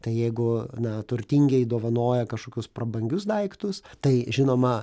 tai jeigu na turtingieji dovanoja kažkokius prabangius daiktus tai žinoma